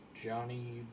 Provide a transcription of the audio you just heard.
Johnny